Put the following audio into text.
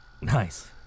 Nice